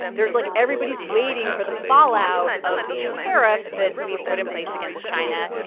there's like everybody's waiting for the fallout of these tariff that we've put in place against china.